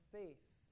faith